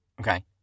okay